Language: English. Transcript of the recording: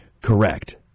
Correct